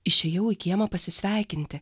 išėjau į kiemą pasisveikinti